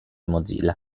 mozilla